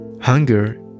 Hunger